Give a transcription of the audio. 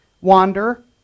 Wander